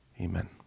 Amen